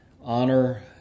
honor